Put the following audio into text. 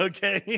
Okay